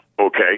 Okay